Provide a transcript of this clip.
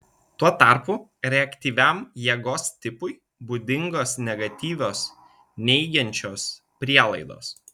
tuo tarpu reaktyviam jėgos tipui būdingos negatyvios neigiančios prielaidos